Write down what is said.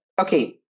okay